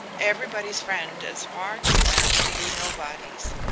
everybody's friend is far too apt to be nobody's,